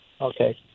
Okay